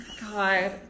God